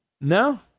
No